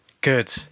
Good